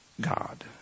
God